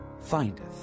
findeth